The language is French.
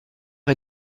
est